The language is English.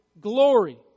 glory